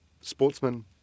sportsman